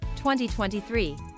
2023